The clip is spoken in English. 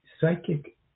psychic